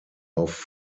auf